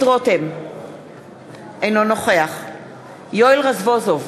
אינו נוכח יואל רזבוזוב,